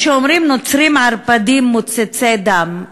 כשאומרים "נוצרים ערפדים מוצצי דם",